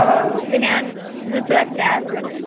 اَوا اَوا بینان زٕ ژور تہِ آسہٕ ضروٗرت